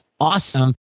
awesome